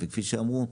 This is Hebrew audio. כפי שאמרו,